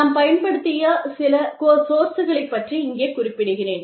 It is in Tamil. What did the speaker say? நான் பயன்படுத்திய சில சோர்ஸ்களை பற்றி இங்கே குறிப்பிடுகிறேன்